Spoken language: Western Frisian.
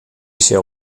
sil